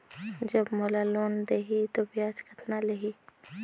जब मोला लोन देही तो ब्याज कतना लेही?